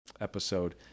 episode